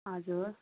हजुर